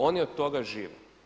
Oni od toga žive.